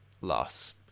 loss